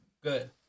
good